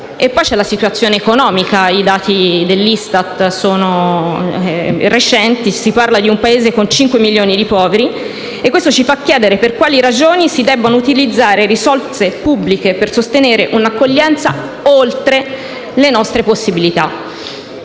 poi la situazione economica: i recenti dati dell'ISTAT mostrano un Paese con 5 milioni di poveri e questo ci fa chiedere per quali ragioni si debbano utilizzare risorse pubbliche per sostenere un'accoglienza oltre le nostre possibilità.